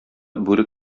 бүре